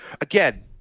again